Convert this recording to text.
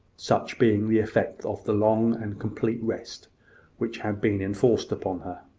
such being the effect of the long and complete rest which had been enforced upon her.